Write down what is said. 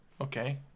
Okay